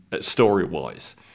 story-wise